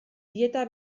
dieta